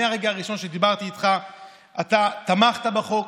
מהרגע הראשון שדיברתי איתך אתה תמכת בחוק,